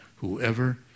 Whoever